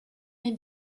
mes